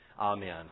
Amen